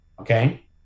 okay